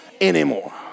anymore